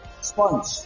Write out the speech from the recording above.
Sponge